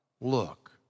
look